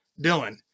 Dylan